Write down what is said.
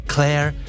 Claire